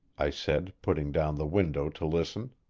i said, putting down the window to listen.